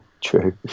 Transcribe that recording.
true